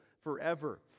forever